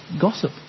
gossip